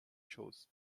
chose